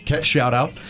shout-out